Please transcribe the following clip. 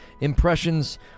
impressions